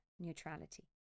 neutrality